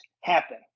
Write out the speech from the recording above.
happen